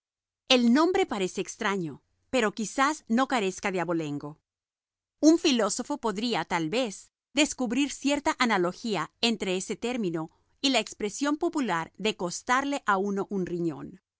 el nombre parece extraño pero quizás no carezca de abolengo un filósofo podría tal vez descubrir cierta analogía entre ese término y la expresión popular de costarle a uno un riñon